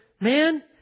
man